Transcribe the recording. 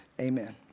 amen